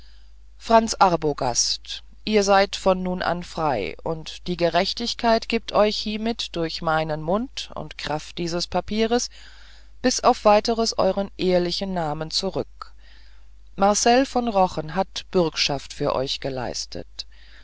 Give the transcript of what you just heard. franz arbogast ihr seid von nun an frei und die gerechtigkeit gibt euch hiemit durch meinen mund und kraft dieses papiers bis auf ein weiteres euren ehrlichen namen zurück marcell von rochen hat bürgschaft für euch geleistet